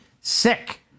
Sick